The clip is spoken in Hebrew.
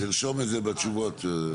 תרשום את זה בתשובות.